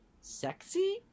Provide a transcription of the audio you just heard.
sexy